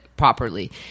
Properly